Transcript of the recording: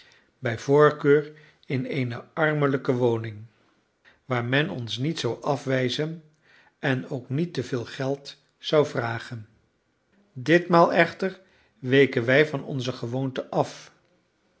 bij voorkeur in eene armelijke woning waar men ons niet zou afwijzen en ook niet te veel geld zou vragen ditmaal echter weken wij van onze gewoonte af